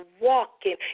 Walking